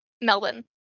Melbourne